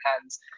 hands